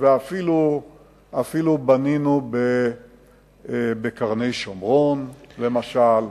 ואפילו בנינו בקרני-שומרון למשל,